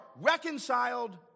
reconciled